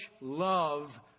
love